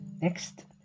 Next